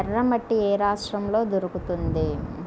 ఎర్రమట్టి ఏ రాష్ట్రంలో దొరుకుతుంది?